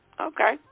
Okay